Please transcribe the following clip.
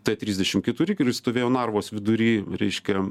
t trisdešim keturi kuris stovėjo narvos vidury reiškia